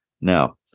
Now